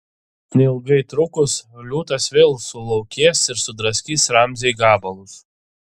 neilgai trukus liūtas vėl sulaukės ir sudraskys ramzį į gabalus